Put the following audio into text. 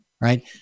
right